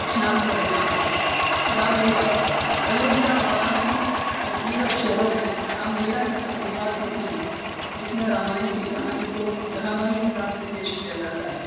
اسنان کرتے آتے ہیں رام لیلا ایودھیا وارانسی اور دیگر شہروں میں رام لیلا کی تقریبات ہوتی ہیں جس میں رامائن کی کہانی کو ڈرامائی انداز میں پیش کیا جاتا ہے